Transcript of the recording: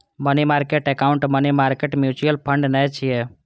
money market account money market mutual fund नै छियै